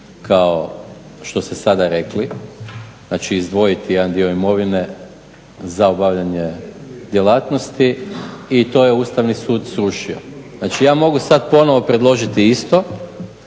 kao što ste sada rekli. Znači izdvojiti jedan dio imovine za obavljanje djelatnosti i to je Ustavni sud srušio. Znači ja mogu sada ponovno predložiti isto,